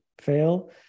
fail